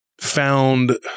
found